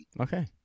okay